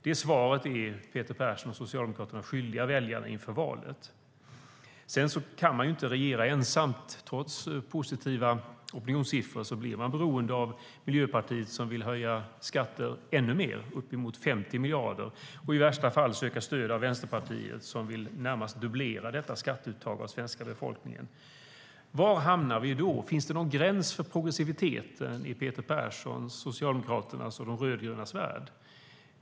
Det svaret är Peter Persson och Socialdemokraterna skyldiga väljarna inför valet. Sedan kan Socialdemokraterna inte regera ensamma. Trots positiva opinionssiffror blir de beroende av Miljöpartiet, som vill höja skatterna ännu mer - uppemot 50 miljarder. I värsta fall måste Socialdemokraterna söka stöd av Vänsterpartiet som vill närmast dubblera detta skatteuttag av den svenska befolkningen. Var hamnar vi då? Finns det någon gräns för progressiviteten i Peter Perssons, Socialdemokraternas och de rödgrönas värld?